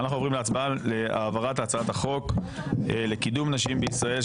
אנחנו עוברים להצבעה להעברת הצעת החוק לקידום נשים בישראל של